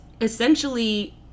essentially